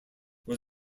was